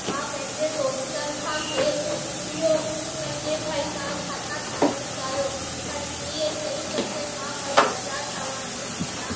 मां पंहिंजे दोस्तनि खां खेसि पुछियो त की भाई तव्हां छा था ठहण चाहियो त हिकिड़ीअ चई त की मां भाई एच आर ठहण थी चाहियां